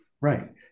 Right